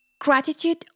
gratitude